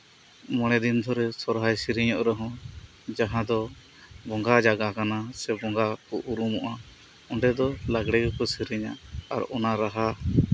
ᱢᱚᱬᱮ ᱫᱤᱱ ᱫᱷᱚᱨᱮ ᱥᱚᱨᱦᱟᱭ ᱥᱮᱨᱮᱧᱚᱜ ᱨᱮᱦᱚᱸ ᱡᱟᱦᱟ ᱫᱚ ᱵᱚᱸᱜᱟ ᱡᱟᱭᱜᱟ ᱠᱟᱱᱟ ᱥᱮ ᱵᱚᱸᱜᱟ ᱠᱚ ᱩᱨᱩᱢᱚᱜᱼᱟ ᱚᱱᱰᱮ ᱫᱚ ᱞᱟᱜᱽᱲᱮ ᱜᱮᱠᱚ ᱥᱮᱨᱮᱧᱟ ᱚᱱᱟ ᱨᱟᱦᱟ